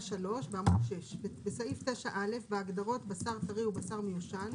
(3) בסעיף 9(א), בהגדרות "בשר טרי" ו"בשר מיושן",